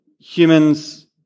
humans